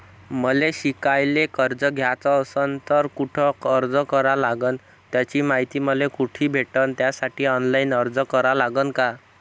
मले शिकायले कर्ज घ्याच असन तर कुठ अर्ज करा लागन त्याची मायती मले कुठी भेटन त्यासाठी ऑनलाईन अर्ज करा लागन का?